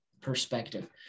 perspective